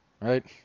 right